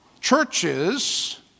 churches